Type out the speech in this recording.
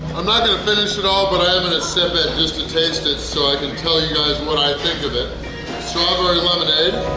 i'm not going to finish it all but i am going to sip it just to taste it so i can tell you guys what i think of it strawberry lemonade.